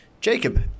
Jacob